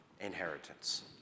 inheritance